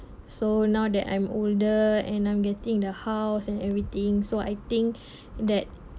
so now that I'm older and I'm getting the house and everything so I think that